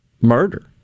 murder